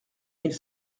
mille